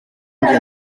njye